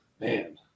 Man